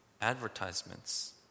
Advertisements